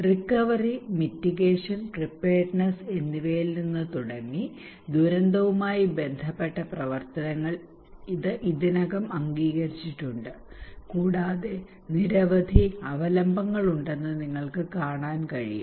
recovery mitigation preparedness എന്നിവയിൽ നിന്ന് തുടങ്ങി ദുരന്തവുമായി ബന്ധപ്പെട്ട പ്രവർത്തനങ്ങൾ ഇത് ഇതിനകം അംഗീകരിച്ചിട്ടുണ്ട് കൂടാതെ നിരവധി അവലംബങ്ങൾ ഉണ്ടെന്ന് നിങ്ങൾക്ക് കാണാൻ കഴിയും